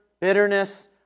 bitterness